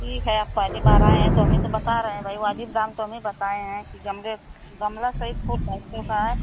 ठीक है आप पहली बार आए हैं तो हमीं तो बता रहे हैं भाई वाजिब दाम तो हम ही बताए हैं कि गमले गमला सहित फूल ढाई सौ का है